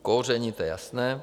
Kouření, to je jasné.